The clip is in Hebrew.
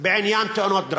בעניין תאונות דרכים,